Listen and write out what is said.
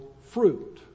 fruit